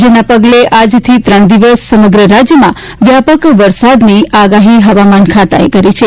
જેના પગલે આજથી ત્રણ દિવસ સમગ્ર રાજયમાં વ્યાપક વરસાદની આગાહી હવામાન ખાતાએ કરી છે